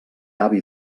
avi